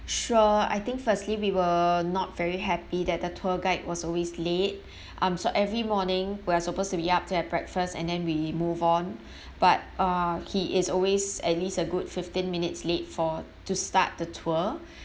sure I think firstly we were not very happy that the tour guide was always late um so every morning we're supposed to be up to have breakfast and then we move on but uh he is always at least a good fifteen minutes late for to start the tour